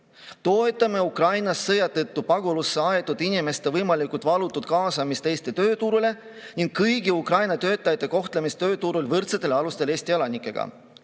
toetab Ukrainast sõja tõttu pagulusse aetud inimeste võimalikult valutut kaasamist Eesti tööturule ning kõigi Ukraina töötajate kohtlemist tööturul võrdsetel alustel Eesti kodanikega.